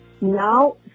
now